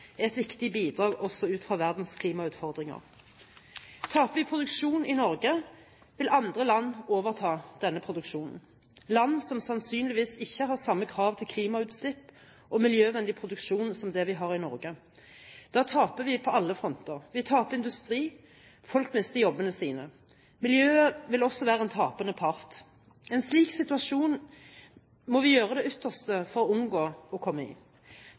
er et viktig bidrag også ut fra verdens klimautfordringer. Taper vi produksjon i Norge, vil andre land overta denne produksjonen, land som sannsynligvis ikke har samme krav til klimautslipp og miljøvennlig produksjon som det vi har i Norge. Da taper vi på alle fronter: Vi taper industri, og folk mister jobbene sine. Miljøet vil også være en tapende part. En slik situasjon må vi gjøre det ytterste for å unngå å komme